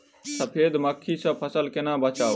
सफेद मक्खी सँ फसल केना बचाऊ?